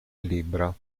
libro